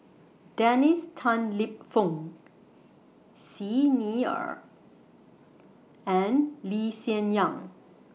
Dennis Tan Lip Fong Xi Ni Er and Lee Hsien Yang